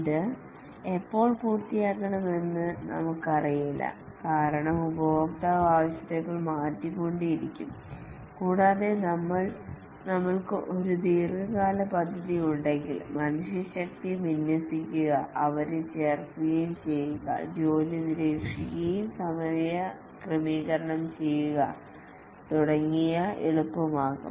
ഇത് എപ്പോൾ പൂർത്തിയാകുമെന്ന് നമ്മൾക്ക് അറിയില്ല കാരണം ഉപഭോക്താവ് ആവശ്യകതകൾ മാറ്റിക്കൊണ്ടിരിക്കും കൂടാതെ നമ്മൾക്ക് ഒരു ദീർഘകാല പദ്ധതി ഉണ്ടെങ്കിൽ മനുഷ്യശക്തി വിന്യസിക്കുക അവരെ ചേർക്കുകയും ചെയ്യുക ജോലി നിരീക്ഷിക്കുകയും സമയക്രമീകരണം ചെയ്യുക തുടങ്ങിയവ എളുപ്പമാകും